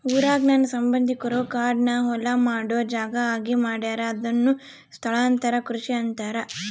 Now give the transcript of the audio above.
ಊರಾಗ ನನ್ನ ಸಂಬಂಧಿಕರು ಕಾಡ್ನ ಹೊಲ ಮಾಡೊ ಜಾಗ ಆಗಿ ಮಾಡ್ಯಾರ ಅದುನ್ನ ಸ್ಥಳಾಂತರ ಕೃಷಿ ಅಂತಾರ